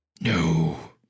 No